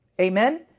amen